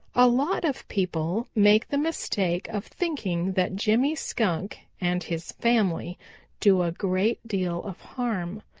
a lot of people make the mistake of thinking that jimmy skunk and his family do a great deal of harm.